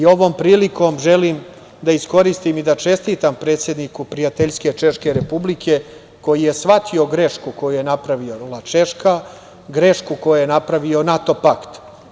Ovom prilikom želim da iskoristim i da čestitam predsedniku prijateljske Češke Republike, koji je shvatio grešku koju je napravila Češka, grešku koju je napravio NATO pakt.